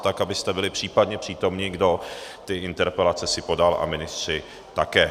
Tak abyste byli případně přítomni, kdo si ty interpelace podal, a ministři také.